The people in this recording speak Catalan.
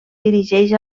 dirigeix